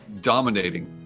dominating